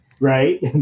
right